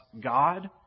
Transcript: God